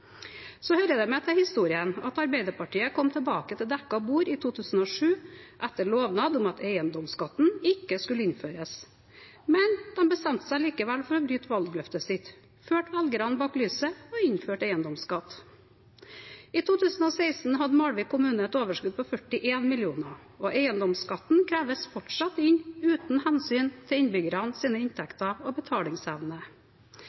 Det hører med til historien at Arbeiderpartiet kom tilbake til dekket bord i 2007, etter lovnad om at eiendomsskatten ikke skulle innføres. Men de bestemte seg for å bryte valgløftet sitt, de førte velgerne bak lyset og innførte eiendomsskatt. I 2016 hadde Malvik kommune et overskudd på 41 mill. kr, og eiendomsskatten kreves fortsatt inn, uten hensyn til